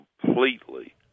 completely